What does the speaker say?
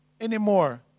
anymore